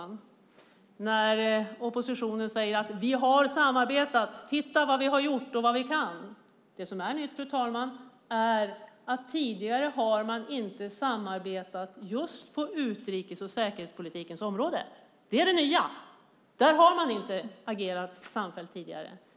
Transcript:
När oppositionen säger titta vad vi har samarbetat och titta vad vi har gjort och vad vi kan är det som är nytt, fru talman, att man tidigare inte har samarbetat just på utrikes och säkerhetspolitikens område. Det är det nya. Där har man inte agerat samfällt tidigare.